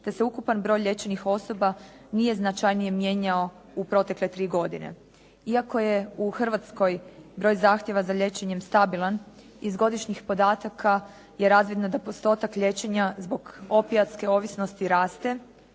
te se ukupan broj liječenih osoba nije značajnije mijenjao u protekle tri godine. Iako je u Hrvatskoj broj zahtjeva za liječenjem stabilan, iz godišnjih podataka je razvidno da postotak liječenja zbog opijatske ovisnosti raste,